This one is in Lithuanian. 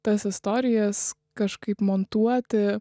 tas istorijas kažkaip montuoti